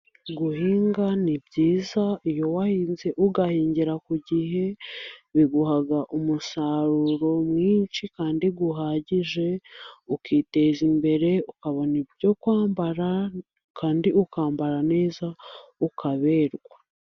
Guhinga ni byiza, iyo wahinze ugahingira ku gihe, biguha umusaruro mwinshi kandi uhagije, ukiteza imbere ukabona ibyo kwambara kandi ukambara neza ukaberwa.